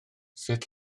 sut